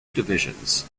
divisions